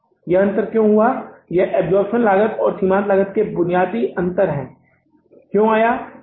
अब यह अंतर क्यों हुआ है यह अब्जॉर्प्शन लागत और सीमांत लागत के बीच बुनियादी अंतर है क्यों अंतर आया है